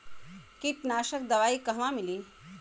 कीटनाशक दवाई कहवा मिली?